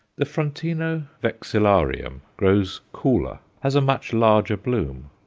the frontino vexillarium grows cooler, has a much larger bloom,